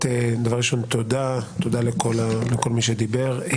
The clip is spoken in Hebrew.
דבר ראשון, תודה לכל מי שדיבר.